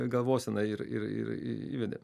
galvoseną ir ir ir į įvedė